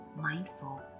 mindful